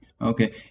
Okay